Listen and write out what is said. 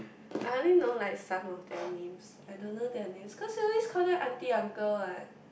I only know like some of their names I don't know their names cause we always call them aunty uncle what